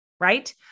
right